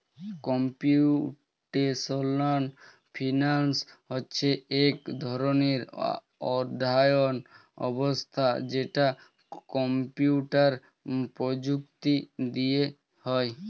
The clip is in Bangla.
কম্পিউটেশনাল ফিনান্স হচ্ছে এক ধরণের অর্থায়ন ব্যবস্থা যেটা কম্পিউটার প্রযুক্তি দিয়ে হয়